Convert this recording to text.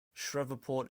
shreveport